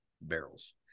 Barrels